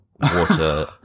Water